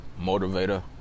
motivator